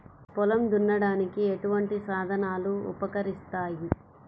పొలం దున్నడానికి ఎటువంటి సాధనలు ఉపకరిస్తాయి?